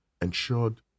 ensured